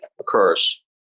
occurs